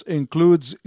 includes